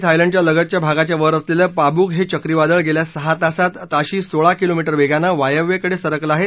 थायलंडचं आखात आणि थायलंडच्या लगतच्या भागाच्या वर असलेलं पाबुक हे चक्रीवादळ गेल्या सहा तासात ताशी सोळा किलोमीटर वेगानं वायव्येकडे सरकलं आहे